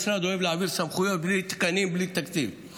משרד אוהב להעביר סמכויות בלי תקנים ובלי תקציב,